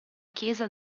chiesa